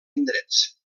indrets